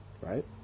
Right